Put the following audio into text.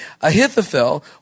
Ahithophel